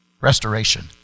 Restoration